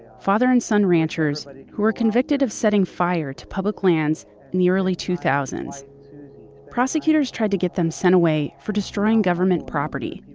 father and son ranchers who were convicted of setting fire to public lands in the early two prosecutors tried to get them sent away for destroying government property,